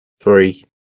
three